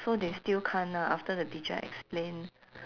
so they still can't ah after the teacher explain